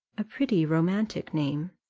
a pretty romantic name,